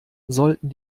sollten